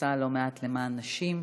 שעושה לא מעט למען נשים.